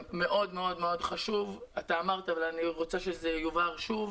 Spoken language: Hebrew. אתה אמרת ואני רוצה שזה יובהר שוב: